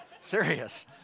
Serious